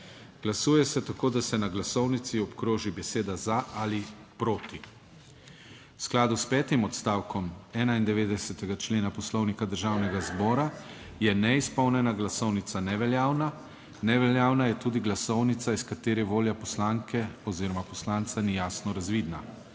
Glasuje se tako, da se na glasovnici obkroži beseda za ali proti. V skladu s petim odstavkom 91. člena Poslovnika Državnega zbora je neizpolnjena glasovnica neveljavna. Neveljavna je tudi glasovnica iz katere volja poslanke oziroma poslanca ni jasno razvidna.